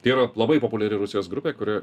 tai yra labai populiari rusijos grupė kuri